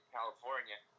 California